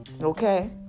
okay